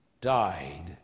died